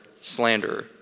slanderer